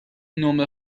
نمره